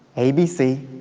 abc,